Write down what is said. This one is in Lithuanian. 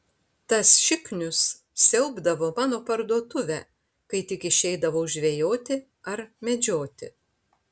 tas šiknius siaubdavo mano parduotuvę kai tik išeidavau žvejoti ar medžioti